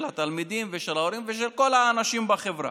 התלמידים ושל ההורים ושל כל האנשים בחברה.